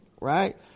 right